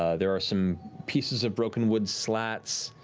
ah there are some pieces of broken wood slats,